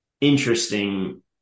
interesting